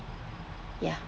ya